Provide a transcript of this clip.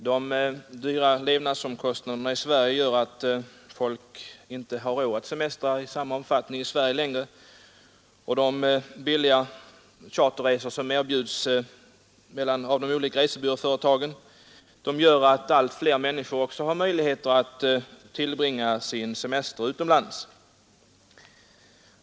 Herr talman! De höga levnadsomkostnaderna i Sverige gör att folk inte längre har råd att semestra i Sverige i samma omfattning som tidigare, och de billiga charterresor som erbjuds av de olika resebyråföretagen gör att allt fler människor också har möjligheter att tillbringa sin semester utomlands.